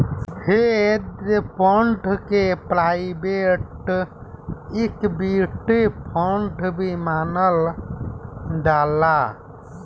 hedge fund के private equity fund भी मानल जाला